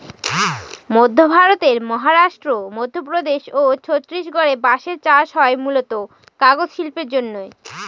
মধ্য ভারতের মহারাষ্ট্র, মধ্যপ্রদেশ ও ছত্তিশগড়ে বাঁশের চাষ হয় মূলতঃ কাগজ শিল্পের জন্যে